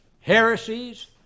heresies